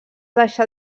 deixà